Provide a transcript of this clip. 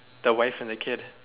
the wife and the kid